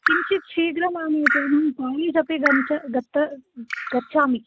किञ्चित् शीघ्रम् आनयतु अन्यत् अपि गच्छामि